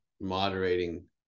moderating